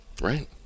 right